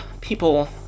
people